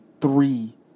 three